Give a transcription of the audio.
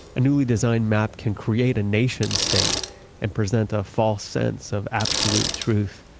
a newly designed map can create a nation-state, and present a false sense of absolute truth.